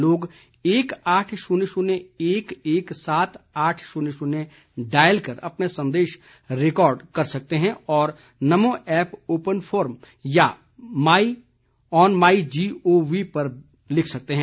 लोग एक आठ शून्य शून्य एक एक सात आठ शून्य शून्य डायल कर अपने संदेश रिकार्ड करा सकते हैं और नमो ऐप ओपन फोरम या ऑन माइ जीओवी पर लिख सकते हैं